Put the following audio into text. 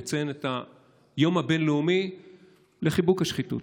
נציין את היום הבין-לאומי לחיבוק השחיתות.